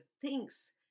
thinks